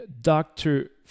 Doctor